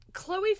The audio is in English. chloe